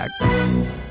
back